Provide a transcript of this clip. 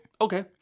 okay